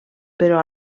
però